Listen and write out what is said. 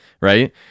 Right